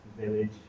village